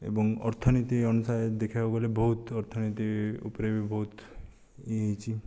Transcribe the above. ଏବଂ ଅର୍ଥନୀତି ଅନୁସାରେ ଦେଖିବାକୁ ଗଲେ ବହୁତ ଅର୍ଥନୀତି ଉପରେ ବି ବହୁତ ୟେ ହୋଇଛି